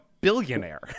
billionaire